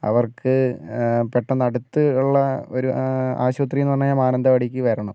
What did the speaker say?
അവർക്ക് പെട്ടന്നു അടുത്തുള്ള ഒരു ആശുപത്രി എന്നുപറഞ്ഞാൽ മാനന്തവാടിക്ക് വരണം